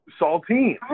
Saltine